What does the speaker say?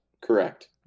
Correct